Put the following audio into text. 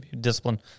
discipline